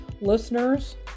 listeners